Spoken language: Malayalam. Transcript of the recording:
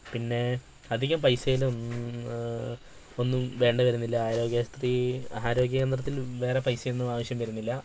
പിന്നെ അധികം പൈസേയിൽ ഒന്നും ഒന്നും വേണ്ടി വരുന്നില്ല ആരോഗ്യ ആശുപത്രി ആരോഗ്യ കേന്ദ്രത്തിൽ വേറെ പൈസ ഒന്നും ആവശ്യം വരുന്നില്ല